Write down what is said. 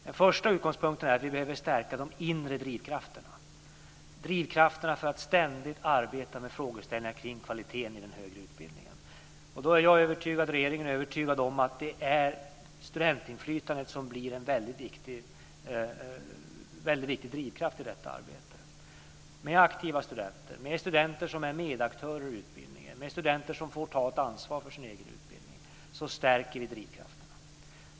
Den första utgångspunkten är att vi behöver stärka de inre drivkrafterna för att ständigt arbeta med frågeställningar kring kvaliteten i den högre utbildningen. Jag och regeringen är övertygade om att det är studentinflytandet som blir en väldigt viktig drivkraft i detta arbete. Med aktiva studenter, med studenter som är medaktörer i utbildningen och med studenter som får ta ett ansvar för sin egen utbildning stärker vi drivkrafterna.